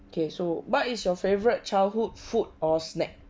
okay so what is your favourite childhood food or snack